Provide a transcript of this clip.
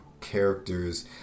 characters